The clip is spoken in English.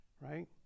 right